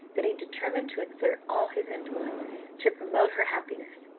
that he determined to exert all his influence to promote her happiness.